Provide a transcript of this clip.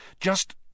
Just—